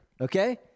Okay